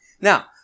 Now